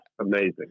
amazing